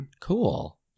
Cool